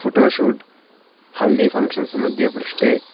photoshoot haldi functions मध्ये पृष्ठे